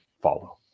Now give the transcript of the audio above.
follow